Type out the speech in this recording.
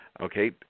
Okay